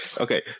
okay